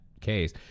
case